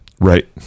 right